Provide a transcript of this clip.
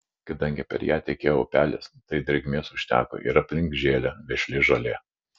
kadangi per ją tekėjo upelis tai drėgmės užteko ir aplink žėlė vešli žolė